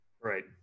Right